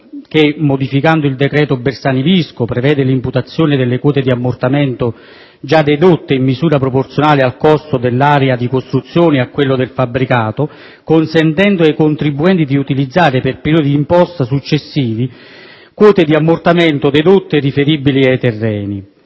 che, modificando il decreto Bersani-Visco, prevede l'imputazione dellequote di ammortamento già dedotte in misura proporzionale al costo dell'area di costruzione e a quello del fabbricato, consentendo ai contribuenti di utilizzare, per periodi d'imposta successivi, quote di ammortamento dedotte riferibili ai terreni.